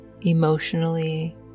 emotionally